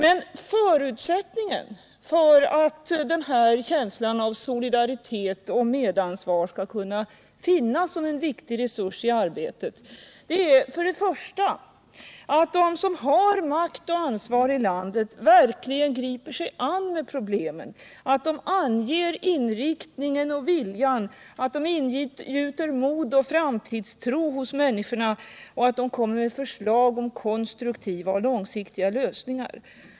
En förutsättning för att den här känslan av solidaritet och medansvar skall kunna finnas som en viktig resurs i arbetet är för det första att de som har makten och ansvaret i landet verkligen griper sig an problemen, att de anger inriktningen och viljan, att de ingjuter mod och framtidstro hos människorna och att de kommer med förslag till konstruktiva och långsiktiga lösningar.